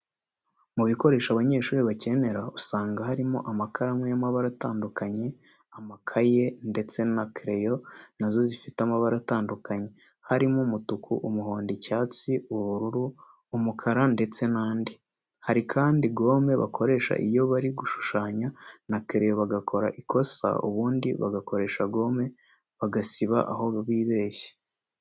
Mu bikoresho abanyeshuri bakenera usanga harimo amakaramu y'amabara atandukanye, amakaye, ndetse na kereyo nazo zifite amabara atandukanye, harimo umutuku, umuhondo, icyatsi, ubururu, umukara, ndetse nandi, hari kandi gome bakoresha iyo bari gushushanya na kereyo bagakora ikosa ubundi bagakoresha gome bagasiba aho bibeshye.